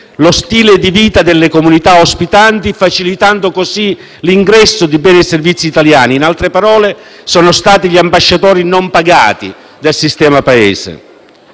lo stile di vita delle comunità ospitanti, facilitando così l'ingresso di beni e servizi italiani. In altre parole sono stati gli ambasciatori non pagati del sistema Paese.